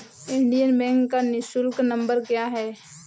Indian Bank का निःशुल्क number क्या है?